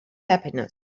happiness